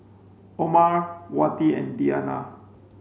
Omar Wati and Diyana